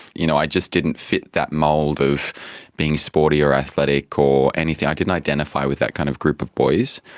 you know, i just didn't fit that mould of being sporty or athletic or anything, i didn't identify with that kind of group of boys,